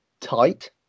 tight